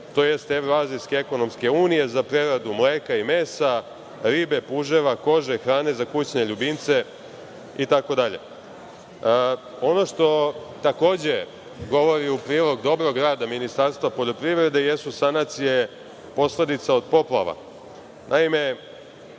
tj. Evroazijske ekonomske unije za preradu mleka i mesa, ribe, puževa, kože, hrane za kućne ljubimce itd. Ono što takođe govori u prilog dobrog rada Ministarstva poljoprivrede jesu sanacije posledica od poplava.